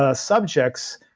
ah subjects